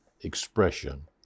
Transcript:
expression